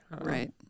right